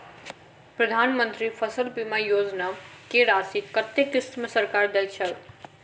प्रधानमंत्री फसल बीमा योजना की राशि कत्ते किस्त मे सरकार देय छै?